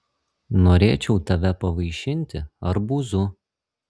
norėčiau tave pavaišinti arbūzu